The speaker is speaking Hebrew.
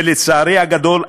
ולצערי הגדול,